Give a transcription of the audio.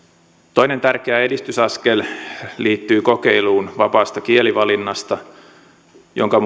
toinen tärkeä edistysaskel liittyy kokeiluun vapaasta kielivalinnasta jonka